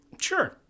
sure